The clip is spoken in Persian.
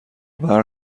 برق